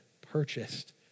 purchased